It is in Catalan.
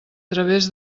través